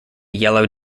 yellow